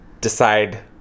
decide